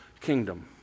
kingdom